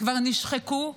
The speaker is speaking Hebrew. כבר נשחקו,